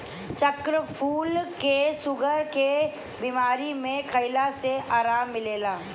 चक्रफूल के शुगर के बीमारी में खइला से आराम मिलेला